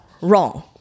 wrong